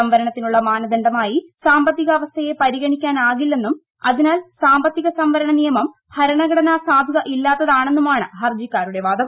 സംവരണത്തിനുള്ള മാന്ദണ്ഡമായി സാമ്പത്തികാവസ്ഥയെ പരിഗണിക്കാനാകില്ലെന്നും അതിനാൽ സാമ്പത്തിക സംവരണ നിയമം ഭരണഘടനാ സാധുതയില്ലാത്താണെന്നുമാണ് ഹർജിക്കാരുടെ വാദം